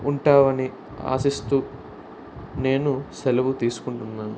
ఉంటావని ఆశిస్తూ నేను సెలవు తీసుకుంటున్నాను